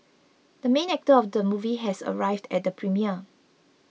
the main actor of the movie has arrived at the premiere